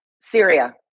Syria